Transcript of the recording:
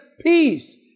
peace